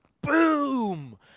BOOM